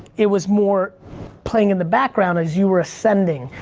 it was more playing in the background as you were ascending.